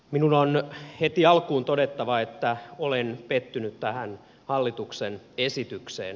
minun on heti alkuun todettava että olen pettynyt tähän hallituksen esitykseen